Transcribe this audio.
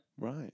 Right